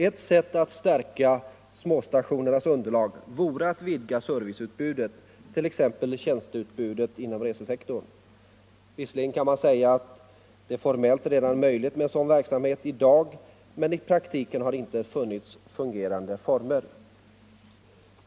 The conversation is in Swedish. Ett sätt att stärka småstationernas underlag vore att vidga serviceutbudet, t.ex. tjänsteutbudet inom resesektorn. Visserligen kan man säga att det formellt redan är möjligt med en sådan verksamhet i dag, men i praktiken har den inte funnit fungerande former.